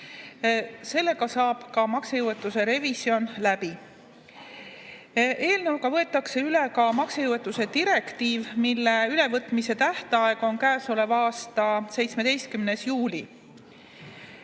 Sellega saab kogu maksejõuetuse revisjon läbi. Eelnõuga võetakse üle ka maksejõuetuse direktiiv, mille ülevõtmise tähtaeg on käesoleva aasta17. juuli.